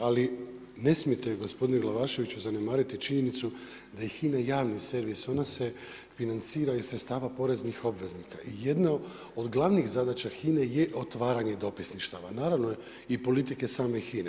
Ali ne smijete gospodine Glavaševiću zanemariti činjenicu da je HINA javni servis, ona se financira iz sredstava poreznih obveznika i jedna od glavnih zadaća HINA-e je otvaranje dopisništava i politike same HINA-e.